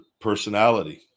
personality